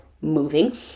moving